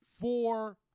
Four